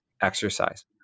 exercise